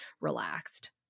relaxed